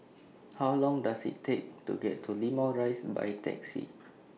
How Long Does IT Take to get to Limau Rise By Taxi